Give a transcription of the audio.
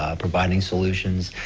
providing solutions,